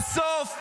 בסוף,